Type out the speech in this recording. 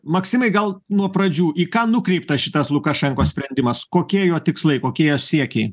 maksimai gal nuo pradžių į ką nukreiptas šitas lukašenkos sprendimas kokie jo tikslai kokie jo siekiai